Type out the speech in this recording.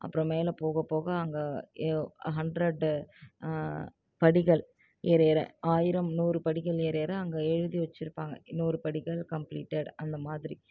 அப்புறம் மேலே போக போக அங்கே ஹண்ட்ரட் படிகள் ஏற ஏற ஆயிரம் நூறு படிகள் ஏற ஏற அங்கே எழுதி வச்சுருப்பாங்க நூறு படிகள் கம்ப்ளீட்டட் அந்த மாதிரி